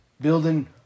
building